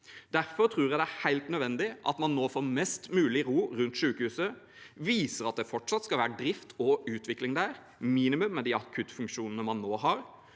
Derfor tror jeg det er helt nødvendig at man nå får mest mulig ro rundt sykehuset og viser at det fortsatt skal være drift og utvikling der – minimum med de akuttfunksjonene man nå har.